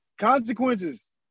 consequences